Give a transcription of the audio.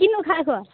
কিনো